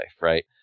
right